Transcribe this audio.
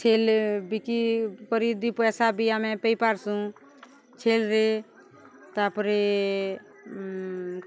ଛେଲ୍ ବିକି କରି ଦୁଇ ପଏସା ବି ଆମେ ପଇପାର୍ସୁଁ ଛେଲ୍ରେ ତା'ପରେ